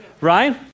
right